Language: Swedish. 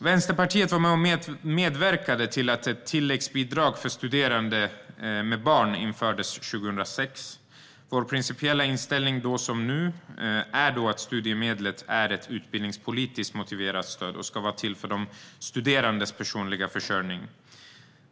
Vänsterpartiet medverkade till att ett tilläggsbidrag för studerande med barn infördes 2006. Vår principiella inställning då som nu är att studiemedlet är ett utbildningspolitiskt motiverat stöd för de studerandes personliga försörjning.